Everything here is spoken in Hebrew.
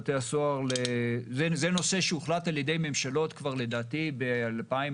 זה נושא שהוחלט על ידי ממשלות כבר ב-2014.